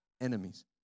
enemies